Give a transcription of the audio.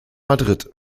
madrid